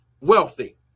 wealthy